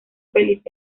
feliz